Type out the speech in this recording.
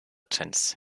trends